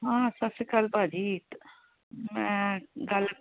ਹਾਂ ਸਤਿ ਸ਼੍ਰੀ ਅਕਾਲ ਭਾਅ ਜੀ ਮੈਂ ਗੱਲ